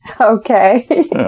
Okay